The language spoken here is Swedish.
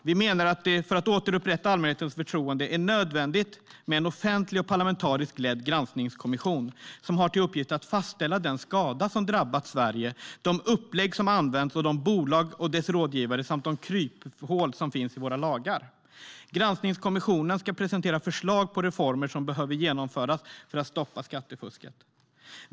Vi menar att det för att återupprätta allmänhetens förtroende är nödvändigt med en offentlig och parlamentariskt ledd granskningskommission som har till uppgift att fastställa den skada som drabbat Sverige, de upplägg som används av bolagen och deras rådgivare samt de kryphål som finns i våra lagar. Granskningskommissionen ska presentera förslag på reformer som behöver genomföras för att skattefusket ska stoppas.